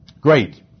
Great